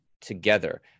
together